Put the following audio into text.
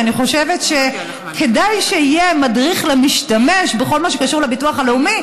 כי אני חושבת שכדאי שיהיה מדריך למשתמש בכל מה שקשור לביטוח הלאומי,